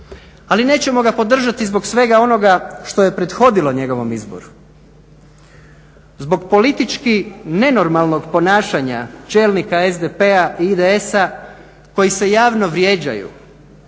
Ali nećemo ga podržati zbog svega onoga što je prethodilo njegovom izboru, zbog politički nenormalnog ponašanja čelnika SDP-a i IDS-a koji se javno vrijeđaju,